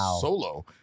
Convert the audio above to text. solo